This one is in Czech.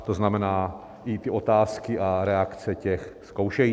To znamená, i ty otázky a reakce těch zkoušejících.